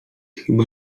chyba